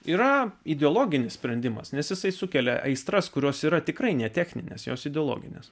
yra ideologinis sprendimas nes jisai sukelia aistras kurios yra tikrai ne technines jos ideologinės